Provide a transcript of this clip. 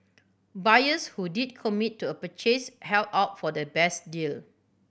buyers who did commit to a purchase held out for the best deal